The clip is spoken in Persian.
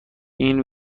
این